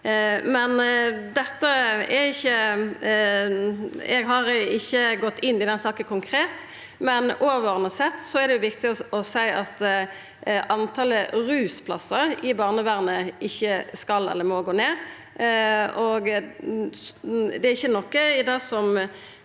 Eg har ikkje gått inn i denne saka konkret, men overordna sett er det viktig å seia at antalet rusplassar i barnevernet ikkje skal eller må gå ned,